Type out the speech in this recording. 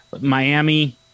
Miami